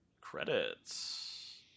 credits